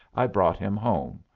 i brought him home.